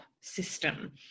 system